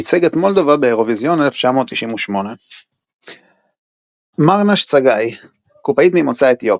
ייצג את מולדובה באירוויזיון 1998. מרנש צגאי קופאית ממוצא אתיופי.